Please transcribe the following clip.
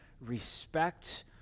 respect